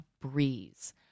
breeze